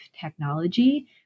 technology